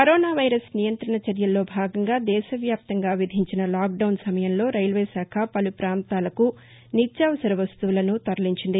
corona virus నియంతణ చర్యల్లో భాగంగా దేశవ్యాప్తంగా విధించిన లాక్ డౌన్ సమయంలో రైల్వేశాఖ పలు ప్రాంతాలకు నిత్యావసర వస్తువులను తరగించింది